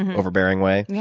overbearing way. yeah